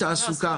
ותעסוקה בנגב.